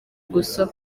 gusa